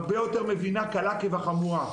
הרבה יותר מבינה קלה כחמורה,